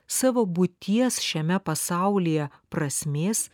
savo būties šiame pasaulyje prasmės